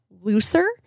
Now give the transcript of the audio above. looser